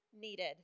needed